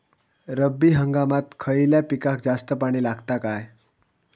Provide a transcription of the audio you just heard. रब्बी हंगामात खयल्या पिकाक जास्त पाणी लागता काय?